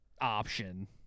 option